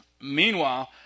Meanwhile